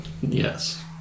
Yes